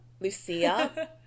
lucia